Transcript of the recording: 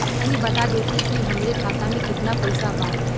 तनि बता देती की हमरे खाता में कितना पैसा बा?